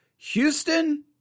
Houston